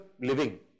living